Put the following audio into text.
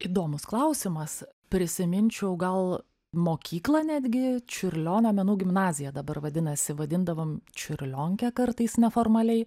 įdomus klausimas prisiminčiau gal mokyklą netgi čiurlionio menų gimnazija dabar vadinasi vadindavom čiurlionke kartais neformaliai